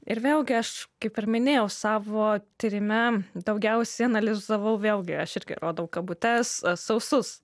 ir vėlgi aš kaip ir minėjau savo tyrime daugiausiai analizavau vėlgi aš irgi rodau kabutes sausus